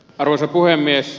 arvoisa puhemies